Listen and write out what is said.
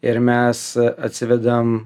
ir mes atsivedam